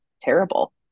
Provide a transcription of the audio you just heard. terrible